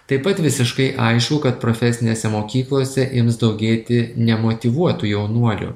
taip pat visiškai aišku kad profesinėse mokyklose ims daugėti nemotyvuotų jaunuolių